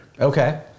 Okay